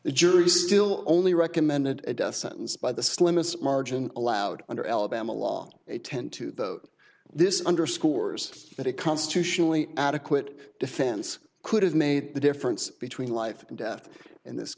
the jury still only recommended a death sentence by the slimmest margin allowed under alabama law a ten to the this underscores that it constitutionally adequate defense could have made the difference between life and death in this